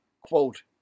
Quote